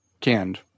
canned